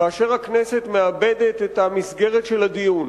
כאשר הכנסת מאבדת את המסגרת של הדיון,